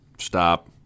stop